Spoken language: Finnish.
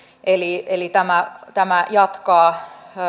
eli eli tämä tämä jatkaa